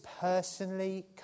personally